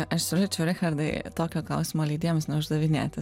aš siūlyčiau richardai tokio klausimo leidėjams neuždavinėti